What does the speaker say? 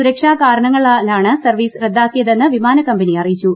സുരക്ഷാ കാരണങ്ങളാലാണ് സർവ്വീസ് റദ്ദാക്കിയതെന്ന് വിമാനകമ്പനി അറിയിച്ചു